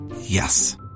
Yes